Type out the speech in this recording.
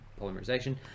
polymerization